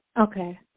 Okay